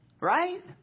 right